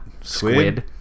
squid